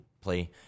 play